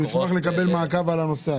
אנחנו נשמח לקבל מעקב על הנושא הזה.